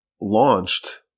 launched